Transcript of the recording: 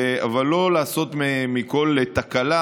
אבל לא לעשות מכל תקלה